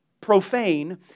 profane